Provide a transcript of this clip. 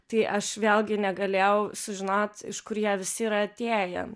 tai aš vėlgi negalėjau sužinot iš kur jie visi yra atėję